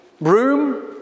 room